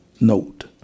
note